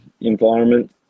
environment